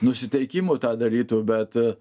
nusiteikimu tą darytų bet